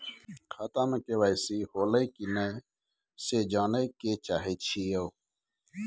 खाता में के.वाई.सी होलै की नय से जानय के चाहेछि यो?